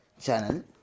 channel